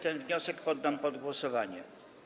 Ten wniosek poddam pod głosowanie.